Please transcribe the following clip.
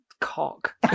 cock